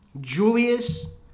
Julius